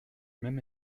même